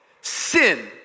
Sin